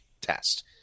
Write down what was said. test